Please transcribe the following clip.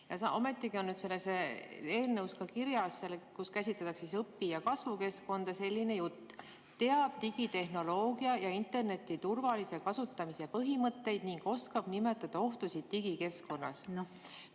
Ja ometigi on selles eelnõus kirjas, kus käsitletakse õpi‑ ja kasvukeskkonda, selline jutt: teab digitehnoloogia ja interneti turvalise kasutamise põhimõtteid ning oskab nimetada ohtusid digikeskkonnas.